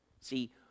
See